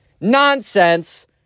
nonsense